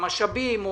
המשאבים,